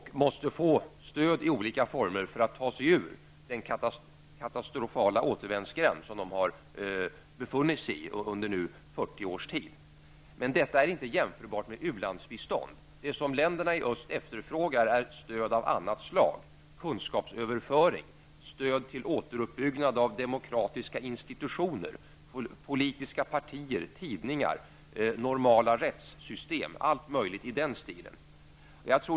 De måste få stöd i olika former för att ta sig ut ur den återvändsgränd som de nu har befunnit sig i under 40 års tid. Men detta är inte jämförbart med u-landsbistånd. Det som länderna i Östeuropa efterfrågar är ett stöd av annat slag -- kunskapsöverföring, stöd till återuppbyggnad av demokratiska institutioner, politiska partier, tidningar, normala rättssystem och allt möjligt i den stilen.